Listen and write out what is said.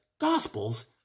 gospels